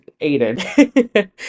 Aiden